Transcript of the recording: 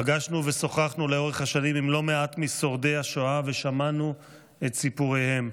פגשנו ושוחחנו לאורך השנים עם לא מעט משורדי השואה ושמענו את סיפוריהם.